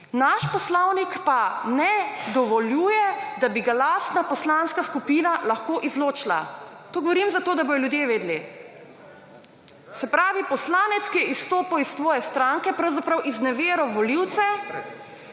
naš Poslovnik pa ne dovoljuje, da bi ga lastna poslanska skupina lahko izločila. To govorim zato, da bojo ljudje vedeli. Se pravi, poslanec, ki je izstopil iz tvoje stranke, pravzaprav izneveril volivce,